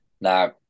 Now